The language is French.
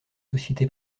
société